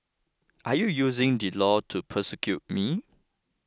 are you using the law to persecute me